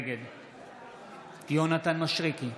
נגד יונתן מישרקי,